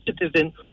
citizen